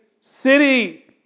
city